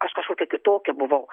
aš kažkokia kitokia buvau